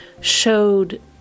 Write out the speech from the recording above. showed